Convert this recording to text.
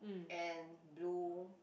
and blue